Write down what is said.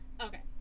Okay